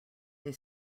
they